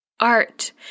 Art